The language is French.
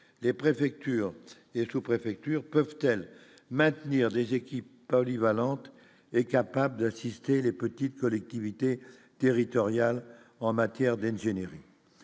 les préfectures et sous préfecture peuvent-elles maintenir des équipes polyvalentes et capable d'assister les petites collectivités territoriales en matière d'engineering